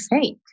fake